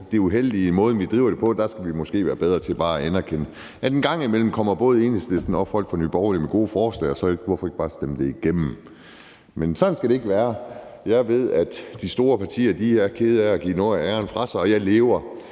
det uheldige i måden, vi driver det på, og der skal vi måske bare være bedre til at anerkende, at der en gang imellem både er folk fra Enhedslisten og fra Nye Borgerlige, der kommer med gode forslag, og hvorfor så ikke bare stemme det igennem? Men sådan skal det ikke være, og jeg ved, at de store partier er kede af at give noget af æren fra sig, og jeg lever